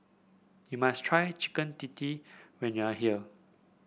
you must try Chicken Tikka when you are here